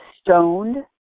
stoned